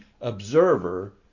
observer